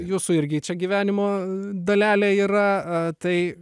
jūsų irgi čia gyvenimo dalelė yra tai